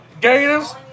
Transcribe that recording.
Gators